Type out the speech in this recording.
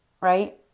right